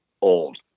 old